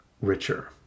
richer